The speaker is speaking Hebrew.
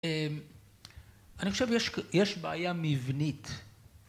‫אני חושב יש יש בעיה מבנית.